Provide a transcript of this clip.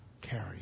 carry